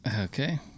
Okay